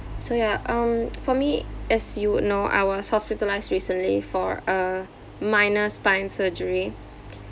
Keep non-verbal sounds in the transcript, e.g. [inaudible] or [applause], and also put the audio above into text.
so yeah um [noise] for me as you would know I was hospitalised recently for a minor spine surgery